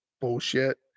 bullshit